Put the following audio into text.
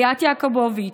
ליאת יעקובוביץ',